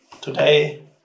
today